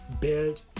build